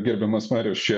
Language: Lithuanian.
gerbiamas mariau